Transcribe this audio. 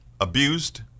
abused